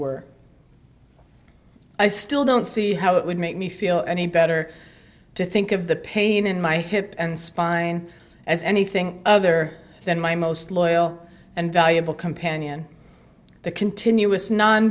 were i still don't see how it would make me feel any better to think of the pain in my hip and spine as anything other than my most loyal and valuable companion the continuous non